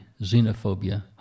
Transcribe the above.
xenophobia